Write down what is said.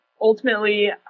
ultimately